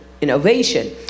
innovation